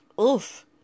oof